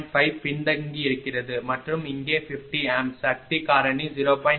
5 பின்தங்கியிருக்கிறது மற்றும் இங்கே 50 A சக்தி காரணி 0